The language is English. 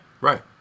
right